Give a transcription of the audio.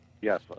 Yes